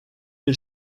bir